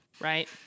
right